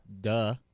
Duh